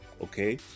okay